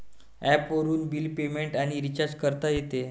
ॲपवरून bill payment आणि recharge करता येते